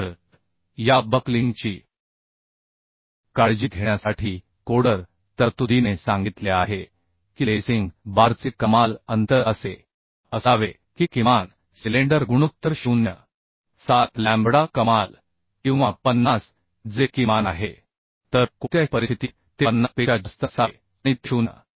तर या बक्लिंगची काळजी घेण्यासाठी कोडर तरतुदीने सांगितले आहे की लेसिंग बारचे कमाल अंतर असे असावे की किमान सिलेंडर गुणोत्तर 0 असावे 7 लॅम्बडा कमाल किंवा 50 जे किमान आहे तर कोणत्याही परिस्थितीत ते 50 पेक्षा जास्त नसावे आणि ते 0